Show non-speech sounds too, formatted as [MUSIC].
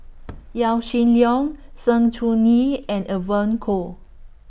[NOISE] Yaw Shin Leong Sng Choon Yee and Evon Kow